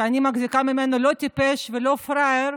שאני מחזיקה ממנו לא טיפש ולא פראייר,